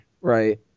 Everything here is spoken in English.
right